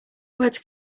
words